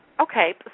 Okay